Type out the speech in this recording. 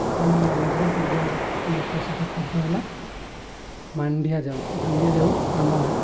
ଆମ ନବରଙ୍ଗପୁର ଜିଲ୍ଲାର ପ୍ରସିଦ୍ଧ ଖାଦ୍ୟ ହେଲା ମାଣ୍ଡିଆ ଯାଉ ମାଣ୍ଡିଆ ଯାଉ ଆମ